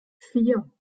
vier